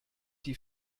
die